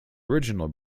original